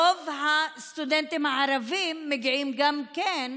רוב הסטודנטים הערבים מגיעים גם כן,